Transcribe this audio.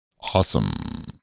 Awesome